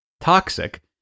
Toxic